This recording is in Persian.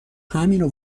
همینو